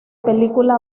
película